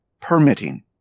permitting